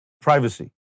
privacy